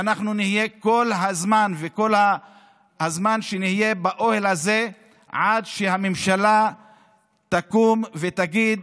ואנחנו נהיה כל הזמן באוהל הזה עד שהממשלה תקום ותגיד: